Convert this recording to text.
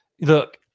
look